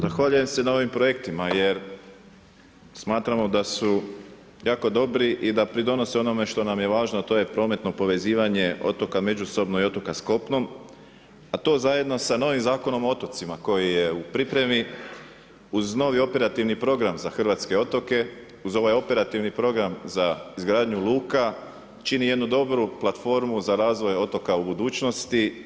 Zahvaljujem se na ovim projektima jer smatramo da su jako dobri i da pridonose onome što nam je važno a to je prometno povezivanje otoka međusobno i otoka s kopnom a to zajedno sa novim Zakonom o otocima koji je u pripremi uz novi operativni program za hrvatske otoke, uz ovaj operativni program za izgradnju luka čini jednu dobru platformu za razvoj otoka u budućnosti.